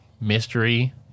mystery